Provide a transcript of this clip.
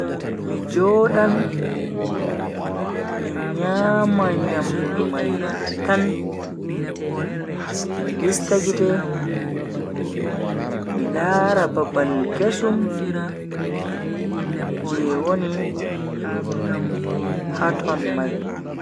Mi jodan mi nyama nyamdu mai tan mi lista gite mi lara babal kesum je mi woni haton mai.